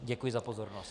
Děkuji za pozornost.